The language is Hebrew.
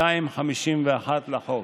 251 לחוק.